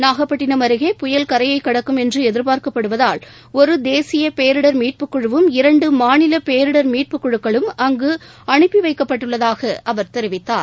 நாகப்பட்டினம் அருகே புயல் கரையைக் கடக்கும் என்று எதிர்பார்க்கப்படுவதால் ஒரு தேசிய பேரிடர் மீட்புக் குழுவும் இரண்டு மாநில பேரிடர் மீட்புக் குழுக்களும் அங்கு அனுப்பி வைக்கப்பட்டுள்ளதாக அவர் தெரிவித்தார்